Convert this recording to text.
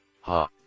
Ha